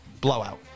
Blowout